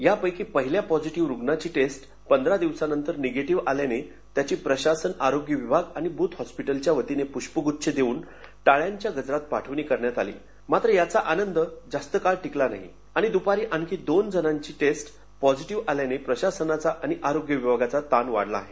यापैकी पहिल्या पॉझिटिव रुग्णाची टेस्ट पंधरा दिवसानंतर निगेटिव्ह आल्याने त्याची प्रशासन आरोग्य विभाग आणि ब्रथ हॉस्पिटलच्या वतीने प्ष्पगुच्छ देऊन टाळ्यांच्या गजरात पाठवणी करण्यात आली मात्र याचा आनंद जास्त काळ टिकला नाही आणि दुपारी आणखी दोन जणांची टेस्ट पॉझिटिव्ह आल्याने प्रशासनाचा आणि आरोग्य विभागाचा ताण वाढला आहे